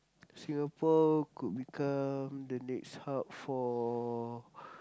Singapore could become the next hub for